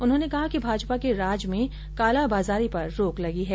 उन्होंने कहा कि भाजपा के राज में कालाबाजारी पर रोक लगी है